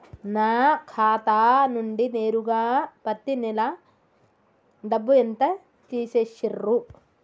నా ఖాతా నుండి నేరుగా పత్తి నెల డబ్బు ఎంత తీసేశిర్రు?